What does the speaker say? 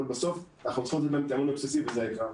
אבל בסוף אנחנו צריכים לתת בהם את האמון הבסיסי וזה העיקר.